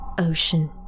ocean